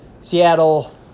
Seattle